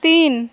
তিন